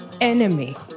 enemy